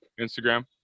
Instagram